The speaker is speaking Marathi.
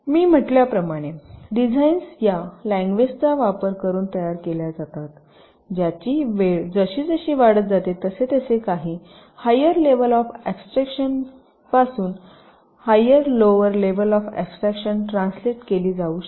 मी म्हटल्याप्रमाणे डिझाईन्स या लँग्वेजचा वापर करून तयार केल्या जातात ज्याची वेळ जसजशी वाढत जाते तसतसे काही हायर लेवल ऑफ ऍब्स्ट्रेशन पासून higher lower level of abstraction translate केली जाऊ शकते